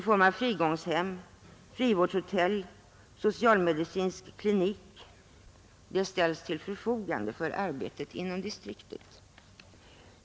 Frigångshem, frivårdshotell och socialmedicinsk klinik ställs till förfogande för arbetet inom distriktet.